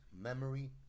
memory